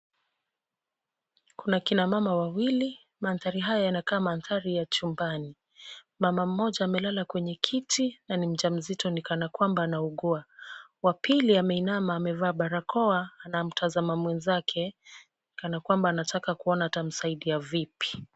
Kuna kina mama wawili. Mandhari haya yanakaa mandhari ya chumbani. Mama mmoja amelala kwenye kiti, na mja mzito nikana kwamba anaugua. Wapili ameinama amevaa barakoa, anamtazama mwenzake kana kwamba anataka kuona atamsaidia vipi.